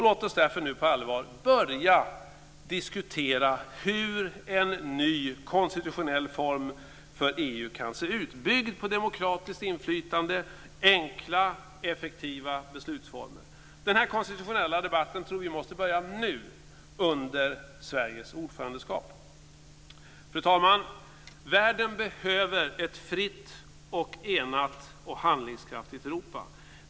Låt oss därför nu på allvar börja diskutera hur en ny konstitutionell form för EU kan se ut, byggd på demokratiskt inflytande och enkla, effektiva beslutsformer. Den konstitutionella debatten tror vi måste börja nu, under Sveriges ordförandetid. Fru talman! Världen behöver ett fritt, enat och handlingskraftigt Europa.